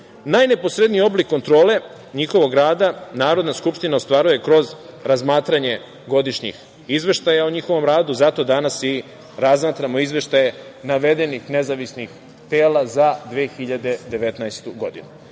Srbije. Najneposredniji oblik kontrole njihovog rada Narodna skupština ostvaruje kroz razmatranje godišnjih izveštaja o njihovom radu. Zato danas i razmatramo izveštaje navedenih nezavisnih tela za 2019. godinu.